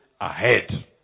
ahead